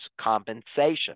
compensation